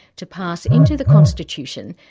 to pass into the constitution,